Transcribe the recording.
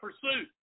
pursuit